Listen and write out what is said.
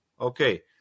Okay